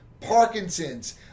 Parkinson's